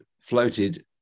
floated